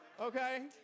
Okay